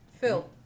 Phil